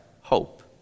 hope